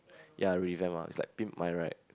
ya revamp ah it's like pimp my ride